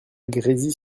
grésy